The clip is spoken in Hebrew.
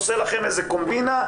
עושה לכם איזו קומבינה',